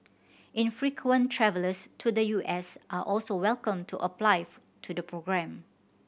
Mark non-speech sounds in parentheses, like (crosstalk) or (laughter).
infrequent travellers to the U S are also welcome to apply (unintelligible) to the programme